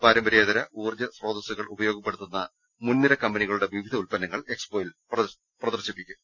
പാര മ്പര്യേതര ഊർജ്ജസോത്രസ്സുകൾ ഉപയോഗപ്പെടുത്തുന്ന മുൻനിര കമ്പനി കളുടെ വിവിധ ഉല്പന്നങ്ങൾ എക്സ്പോയിൽ പ്രദർശനത്തിനെത്തിക്കും